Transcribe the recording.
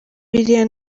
biriya